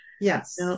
Yes